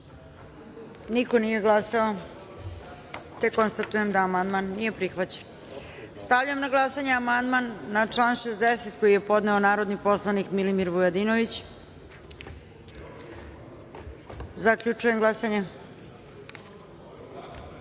za ovaj amandman. Konstatujem da amandman nije prihvaćen. Stavljam na glasanje amandman na član 60. koji je podneo narodni poslanik Milimir Vujadinović. Zaključujem glasanje: